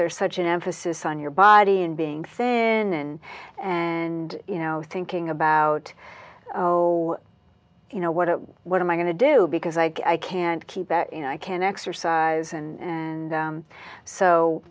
there's such an emphasis on your body in being thin and you know thinking about how you know what what am i going to do because i can't keep that you know i can exercise and and so